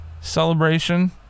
celebration